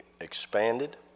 expanded